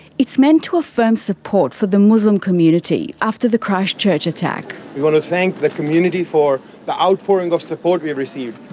it's meant to affirm support for the muslim community after the christchurch attack. we want to thank the community for the outpouring of support we received.